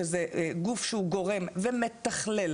שזה גוף שהוא גורם ומתכלל,